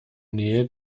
nähe